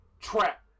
trap